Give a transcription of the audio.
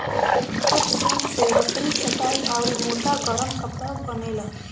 पटसन से रसरी, चटाई आउर मोट गरम कपड़ा बनेला